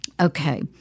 Okay